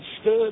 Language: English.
stood